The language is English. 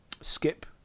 skip